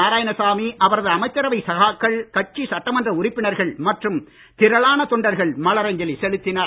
நாராயணசாமி அவரது அமைச்சரவை சகாக்கள் கட்சி சட்டமன்ற உறுப்பினர்கள் மற்றும் திரளான தொண்டர்கள் மலர் அஞ்சலி செலுத்தினர்